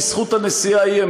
בזכות הנסיעה ההיא,